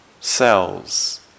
cells